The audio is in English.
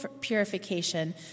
purification